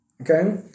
Okay